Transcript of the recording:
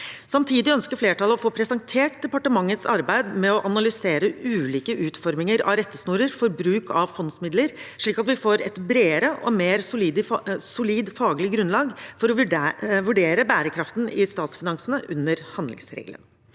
Samtidig ønsker flertallet å få presentert departementets arbeid med å analysere ulike utforminger av rettesnorer for bruk av fondsmidler, slik at vi får et bredere og mer solid faglig grunnlag for å vurdere bærekraften i statsfinansene under handlingsregelen.